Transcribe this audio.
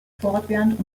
fortwährend